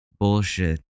bullshit